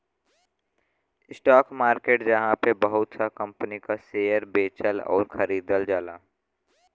stock market जहाँ पे बहुत सा कंपनी क शेयर बेचल आउर खरीदल जाला